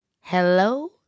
Hello